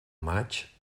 maig